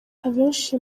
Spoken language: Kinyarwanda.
abenshi